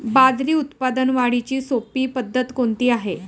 बाजरी उत्पादन वाढीची सोपी पद्धत कोणती आहे?